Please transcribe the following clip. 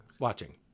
watching